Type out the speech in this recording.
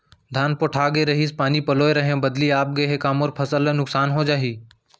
धान पोठागे रहीस, पानी पलोय रहेंव, बदली आप गे हे, का मोर फसल ल नुकसान हो जाही?